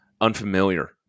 unfamiliar